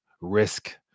risk